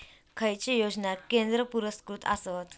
खैचे योजना केंद्र पुरस्कृत आसत?